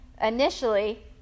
initially